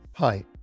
Hi